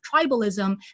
tribalism